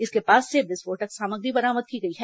इसके पास से विस्फोटक सामग्री बरामद की गई है